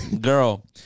girl